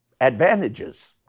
advantages